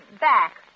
back